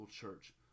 church